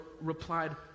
replied